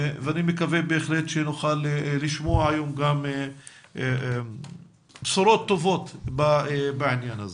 ואני מקווה בהחלט שנוכל לשמוע היום גם בשורות טובות בעניין הזה.